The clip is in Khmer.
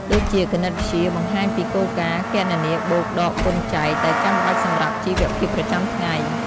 ដូចជាគណិតវិទ្យា បង្ហាញពីគោលការណ៍គណនាបូក ដក គុណ ចែក ដែលចាំបាច់សម្រាប់ជីវភាពប្រចាំថ្ងៃ។